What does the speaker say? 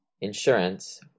insurance